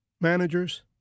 managers